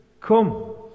come